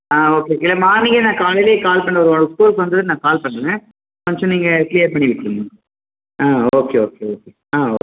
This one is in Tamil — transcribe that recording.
ஆ ஓகே இல்லை மார்னிங்கே நான் காலையிலையே கால் பண்ணுவேன் ஓ ஸ்கூலுக்கு வந்ததும் நான் கால் பண்ணுறேங்க கொஞ்சம் நீங்கள் க்ளியர் பண்ணி விட்ருங்க ஆ ஓகே ஓகே ஓகே ஆ ஓகே